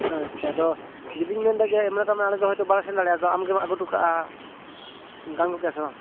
ᱟᱪᱪᱷᱟ ᱟᱫᱚ ᱡᱩᱫᱤᱧ ᱢᱮᱱᱫᱟ ᱡᱮ ᱢᱚᱱᱮᱠᱟᱜ ᱢᱮ ᱟᱞᱮᱫᱚ ᱦᱳᱭᱛᱚ ᱵᱟᱞᱮ ᱥᱮᱱ ᱫᱟᱲᱮᱭᱟᱜᱼᱟ ᱟᱫᱚ ᱟᱢᱜᱮᱢ ᱟᱹᱜᱩ ᱚᱴᱚ ᱠᱟᱜᱼᱟ ᱜᱟᱱ ᱠᱚᱜ ᱠᱮᱭᱟ ᱥᱮ ᱵᱟᱝ